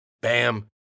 Bam